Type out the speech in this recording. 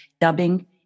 dubbing